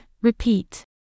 Repeat